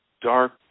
dark